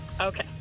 Okay